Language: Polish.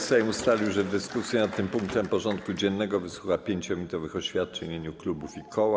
Sejm ustalił, że w dyskusji nad tym punktem porządku dziennego wysłucha 5-minutowych oświadczeń w imieniu klubów i koła.